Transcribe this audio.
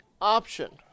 option